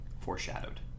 foreshadowed